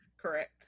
Correct